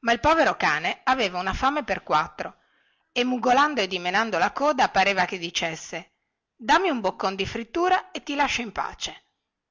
ma il povero cane aveva una fame per quattro e mugolando e dimenando la coda pareva che dicesse dammi un boccon di frittura e ti lascio in pace